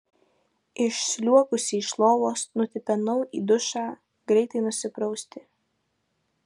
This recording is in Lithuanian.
išsliuogusi iš lovos nutipenau į dušą greitai nusiprausti